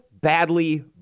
badly